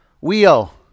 Wheel